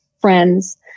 friends